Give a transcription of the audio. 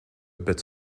bit